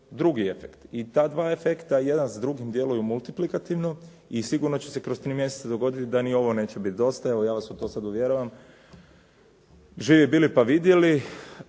drugi efekt. I ta dva efekta jedan s drugim djeluju multiplikativno i sigurno će se kroz 3 mjeseca dogoditi da ni ovo neće bit dosta. I evo, ja vas u to sad uvjeravam. Živi bili pa vidjeli.